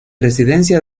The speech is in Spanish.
residencia